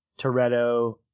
toretto